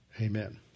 amen